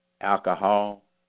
alcohol